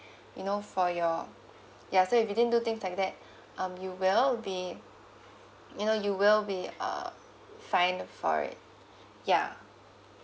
you know for your ya so if you did do things like that um you will be you know you will be err fined for it yeah